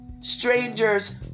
Strangers